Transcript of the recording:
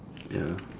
ya